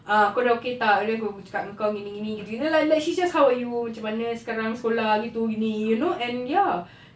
ah kau dah okay tak and then aku boleh cakap dengan kau gini gini gitu gitu like like she's just how are you macam mana sekarang sekolah gitu gini you know and ya